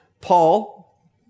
Paul